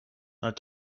not